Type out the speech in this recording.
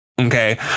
Okay